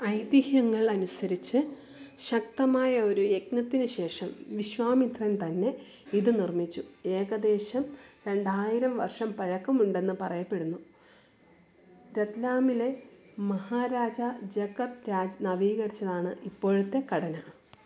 ഐതിഹ്യങ്ങൾ അനുസരിച്ച് ശക്തമായ ഒരു യജ്ഞത്തിനു ശേഷം വിശ്വാമിത്രൻ തന്നെ ഇത് നിർമ്മിച്ചു ഏകദേശം രണ്ടായിരം വർഷം പഴക്കമുണ്ടെന്ന് പറയപ്പെടുന്നു രത്ലാമിലെ മഹാരാജ ജഗത് രാജ് നവീകരിച്ചതാണ് ഇപ്പോഴത്തെ ഘടന